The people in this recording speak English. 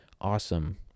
awesome